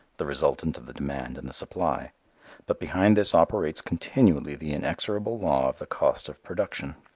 the resultant of the demand and the supply but behind this operates continually the inexorable law of the cost of production.